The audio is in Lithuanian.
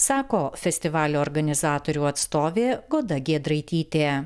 sako festivalio organizatorių atstovė goda giedraitytė